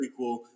prequel